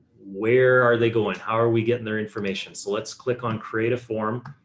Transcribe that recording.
where are they going? how are we getting their information? so let's click on, create a form.